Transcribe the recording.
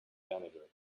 janitor